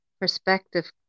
perspective